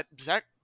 Zach